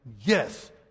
yes